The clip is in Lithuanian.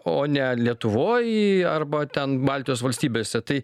o ne lietuvoj arba ten baltijos valstybėse tai